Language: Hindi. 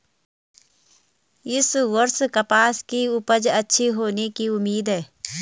इस वर्ष कपास की उपज अच्छी होने की उम्मीद है